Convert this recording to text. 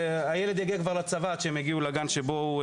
הילד כבר יגיע לצבא עד שהם יגיעו לגן שבו הוא